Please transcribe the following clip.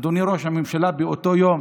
אדוני ראש הממשלה, באותו יום